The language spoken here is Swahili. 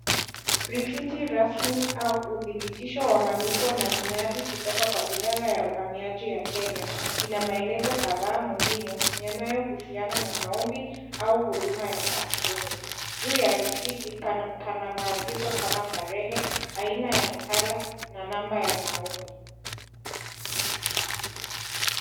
Risiti rasmi au uthibitisho wa malipo na miadi kutoka kwa idara ya uhamiaji ya Kenya ina maelezo kadhaa muhimu yanayohusiana na maombi au huduma ya passpoti. Juu ya risiti pana maagizo kama tarehe aina ya nakala na namba ya maombi.